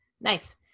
nice